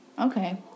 Okay